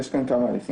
יש כאן כמה הליכים.